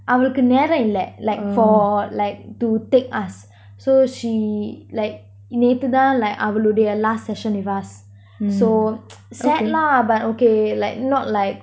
அவளுக்கு நேரம் இல்ல:avaluku neram illa like for like to take us so she like நேத்து தான்:neathu thaan like ஆவலோடு:aavaloda last session with us so sad lah but okay like not like